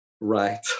right